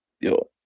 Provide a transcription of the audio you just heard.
yo